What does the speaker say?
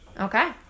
Okay